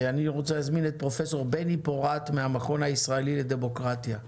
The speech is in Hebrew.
אני רוצה להזמין את פרופ' בני פורת מהמכון הישראלי לדמוקרטיה.